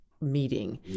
meeting